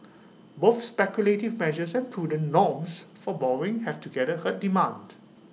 both speculative measures and prudent norms for borrowing have together hurt demand